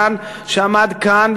שעמד כאן,